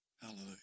Hallelujah